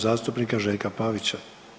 zastupnika Željka Pavića.